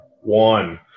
one